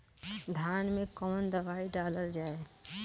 धान मे कवन दवाई डालल जाए?